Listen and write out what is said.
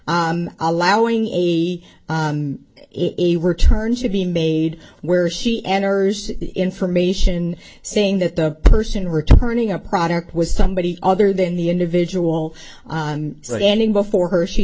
allowing a is a return to be made where she enters information saying that the person returning a product was somebody other than the individual so ending before her she